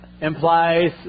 implies